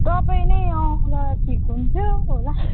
तपाईँ नै आउँदा ठिक हुन्थ्यो होला